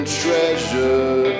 treasure